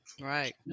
right